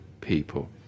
people